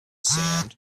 sand